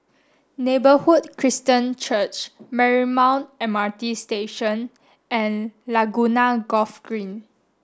Neighbourhood Christian Church Marymount M R T Station and Laguna Golf Green